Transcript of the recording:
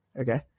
okay